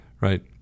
right